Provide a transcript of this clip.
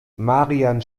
marian